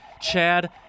Chad